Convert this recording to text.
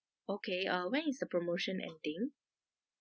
okay uh when is the promotion ending